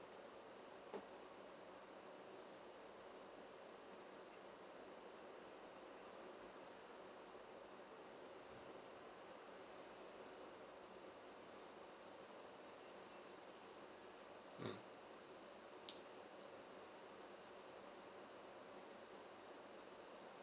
mm